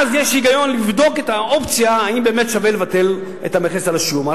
אז יש היגיון לבדוק את האופציה אם באמת שווה לבטל את המכס על השום.